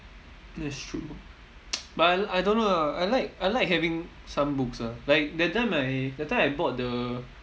that's true but I I don't know ah I like I like having some books ah like that time I that time I bought the